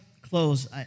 close